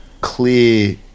clear